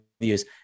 views